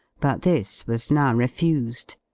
but this was now refused.